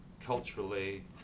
culturally